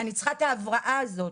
אני צריכה את ההבראה הזאת.